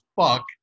fuck